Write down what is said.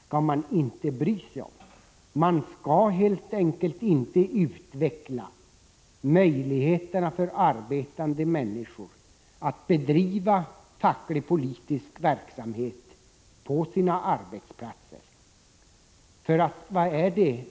Skall man alltså inte utveckla möjligheterna för arbetande människor att bedriva facklig-politisk verksamhet på sina arbetsplatser?